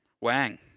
Wang